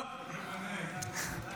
נו, באמת.